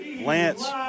Lance